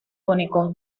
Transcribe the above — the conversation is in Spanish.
único